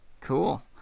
Cool